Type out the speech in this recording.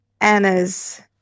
Anna's